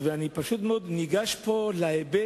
אני פשוט מאוד ניגש להיבט